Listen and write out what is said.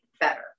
better